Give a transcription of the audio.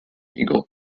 eagle